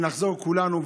ונחזור כולנו,